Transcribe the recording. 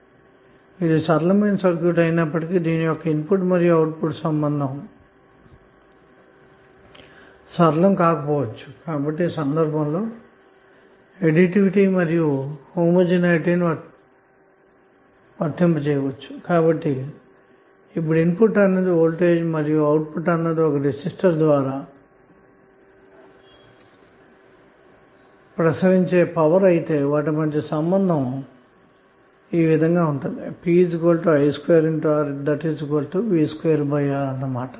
ఈ సందర్భం లో ఇది సరళమైన సర్క్యూట్ అయినప్పటికీ కూడా దీని యొక్క ఇన్పుట్ అవుట్పుట్ ల సంబంధం సరళం కాకపోవచ్చుఅటువంటప్పుడు సజాతీయత మరియు సంకలితాలను వర్తింపచేయవచ్చా లేదా అన్నది ప్రశ్న కాబట్టి ఒకవేళ ఇన్పుట్ అన్నది వోల్టేజ్ మరియు అవుట్పుట్ అన్నది ఒక రెసిస్టర్ ద్వారా ప్రసరించే పవర్ అయితే వాటి మధ్య సంబంధం ఈ విధంగా pi2Rv2R ఉంటుందన్నమాట